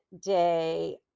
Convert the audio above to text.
day